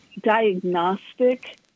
diagnostic